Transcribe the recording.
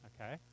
Okay